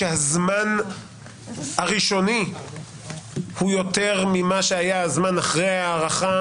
שהזמן הראשוני הוא יותר ממה שהיה הזמן אחרי הארכה